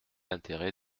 intérêt